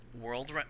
World